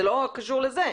זה לא קשור לזה.